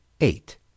eight